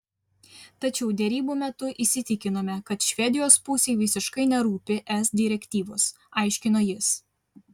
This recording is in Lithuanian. tačiau derybų metu įsitikinome kad švedijos pusei visiškai nerūpi es direktyvos aiškino jis